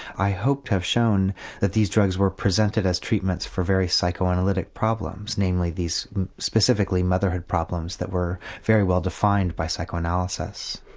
i hope to have shown that these drugs were presented as treatments for very psychoanalytic problems, namely specifically motherhood problems that were very well defined by psychoanalysis.